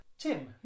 Tim